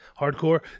Hardcore